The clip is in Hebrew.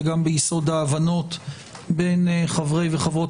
זה גם ביסוד ההבנות בין חברי וחברות